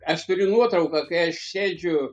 aš turiu nuotrauką kai sėdžiu